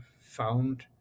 found